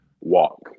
walk